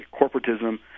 corporatism